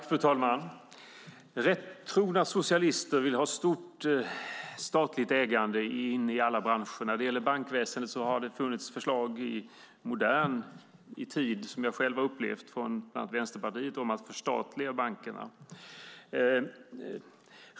Fru talman! Rättrogna socialister vill ha stort statligt ägande in i alla branscher. När det gäller bankväsendet har det i modern tid funnits förslag från bland annat Vänsterpartiet som jag själv har upplevt om att förstatliga bankerna.